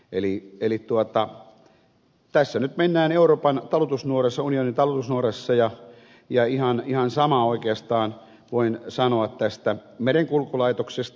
eli tässä nyt mennään euroopan unionin talutusnuorassa ja ihan samaa oikeastaan voin sanoa tästä merenkulkulaitoksesta